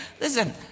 Listen